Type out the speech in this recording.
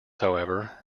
however